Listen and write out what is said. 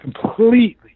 Completely